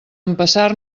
empassar